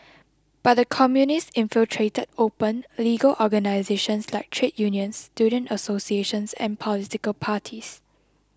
but the Communists infiltrated open legal organisations like trade unions student associations and political parties